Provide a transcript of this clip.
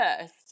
first